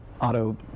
Auto